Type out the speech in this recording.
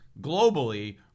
globally